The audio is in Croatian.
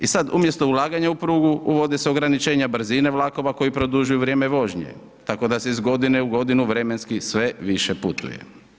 I sada umjesto ulaganja u prugu, uvodi se ograničenje brzine vlakova, koji produžuju vrijeme vožnje, tako da se iz godine u godinu vremenski sve više putuje.